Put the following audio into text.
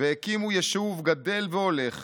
והקימו יישוב גדל והולך